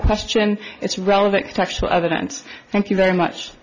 question it's relevant to actual evidence thank you very much